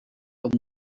and